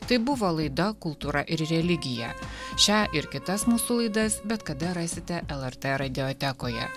tai buvo laida kultūra ir religija šią ir kitas mūsų laidas bet kada rasite lrt radiotekoje